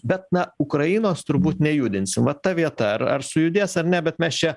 bet na ukrainos turbūt nejudinsim va ta vieta ar ar sujudės ar ne bet mes čia